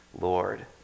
lord